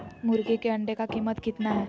मुर्गी के अंडे का कीमत कितना है?